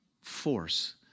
force